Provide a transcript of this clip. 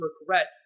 regret